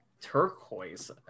turquoise